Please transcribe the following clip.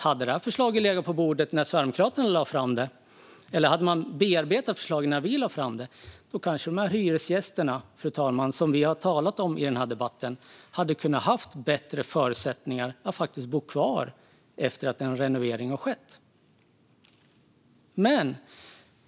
Hade förslaget bearbetats när Sverigedemokraterna lade fram det kanske de hyresgäster som vi har talat om i den här debatten hade kunnat ha bättre förutsättningar att faktiskt bo kvar efter att en renovering skett, fru talman.